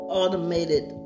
automated